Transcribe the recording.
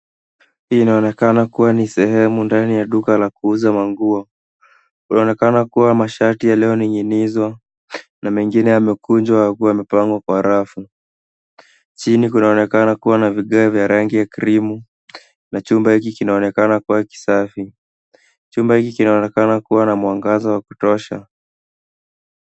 Hii inaonekana kuwa ni sehemu ndani ya duka la kuuza manguo. Kunaonekana kuwa mashati yaliyoning'inizwa na mengine yamekunjwa yakiwa yamepangwa kwa rafu. Chini kunaonekana kuwa na vigae vya rangi ya krimu na chumba hiki kinaonekana kuwa kisafi. Chumba hiki kinaonekana kuwa na mwangaza wa kutosha.